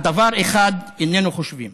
על דבר אחר איננו חושבים".